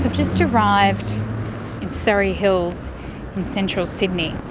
um just arrived in surry hills in central sydney.